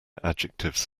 adjectives